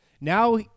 Now